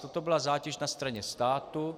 Toto byla zátěž na straně státu.